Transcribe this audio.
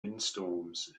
windstorms